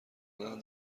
دادن